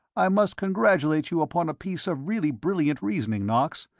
i must congratulate you upon a piece of really brilliant reasoning, knox.